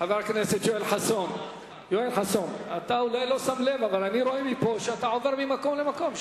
מפה שאתה עובר ממקום למקום.